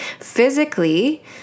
Physically